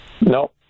No